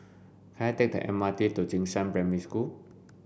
can I take the M R T to Jing Shan Primary School